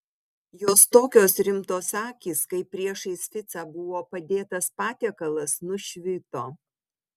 jos tokios rimtos akys kai priešais ficą buvo padėtas patiekalas nušvito